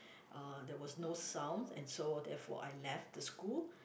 uh there was no sound and so therefore I left the school